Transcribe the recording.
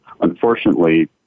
Unfortunately